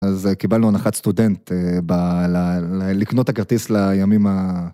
אז קיבלנו הנחת סטודנט לקנות את הכרטיס לימים ה...